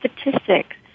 statistics